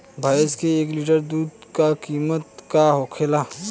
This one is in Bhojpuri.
भैंस के एक लीटर दूध का कीमत का होखेला?